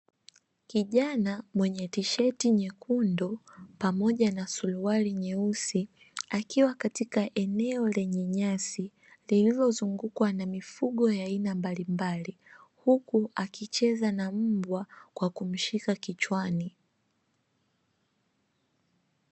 Kijana mwenye tisheti nyekundu pamoja na suruali nyeusi, akiwa katika eneo lenye nyasi lililozungukwa na mifugo ya aina mbalimbali, huku akicheza na mbwa kwa kumshika kichwani.